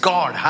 God